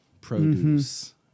produce